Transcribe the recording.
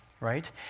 Right